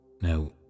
Now